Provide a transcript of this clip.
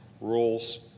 rules